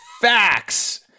facts